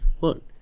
Look